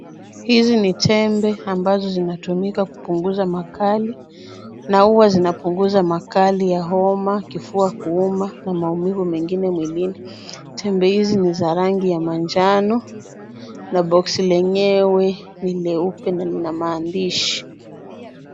Hizi ni tembe ambazo zinatumika kupunguza makali na huwa zinapunguza makali ya homa, kifua kuuma na maumivu mengine mwilini. Tembe hizi ni za rangi ya manjano na boksi lenyewe ni leupe na lina maandishi.